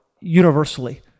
universally